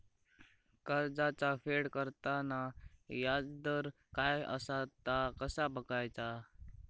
कर्जाचा फेड करताना याजदर काय असा ता कसा बगायचा?